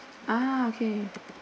ah okay